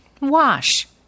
Wash